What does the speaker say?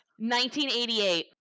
1988